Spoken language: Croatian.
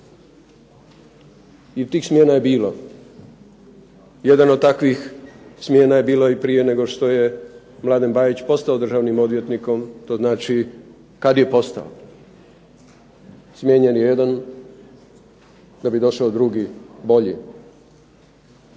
I tih smjena je bilo. Jedan od takvih smjena je bilo i prije nego što je Mladen Bajić postao državnim odvjetnikom, to znači kad je postao. Smijenjen je jedan da bi došao drugi, bolji.